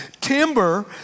timber